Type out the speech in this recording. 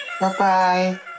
Bye-bye